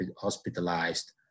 hospitalized